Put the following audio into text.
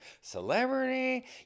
Celebrity